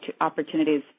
opportunities